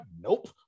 Nope